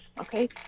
okay